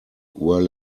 were